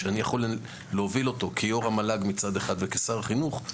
שאני יכול להוביל אותו כיו"ר המל"ג מצד אחד וכשר החינוך מצד שני,